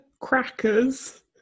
crackers